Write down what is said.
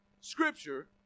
scripture